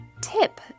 tip